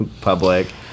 public